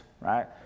right